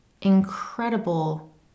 incredible